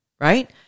Right